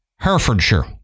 Herefordshire